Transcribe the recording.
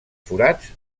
forats